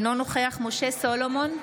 אינו נוכח משה סולומון,